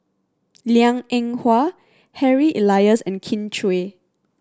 Liang Eng Hwa Harry Elias and Kin Chui